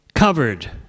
covered